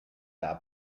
der